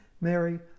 Mary